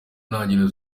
ntangiriro